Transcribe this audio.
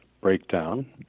breakdown